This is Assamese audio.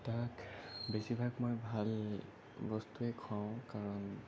তাক বেছি ভাগ মই ভাল বস্তুয়েই খোৱাওঁ কাৰণ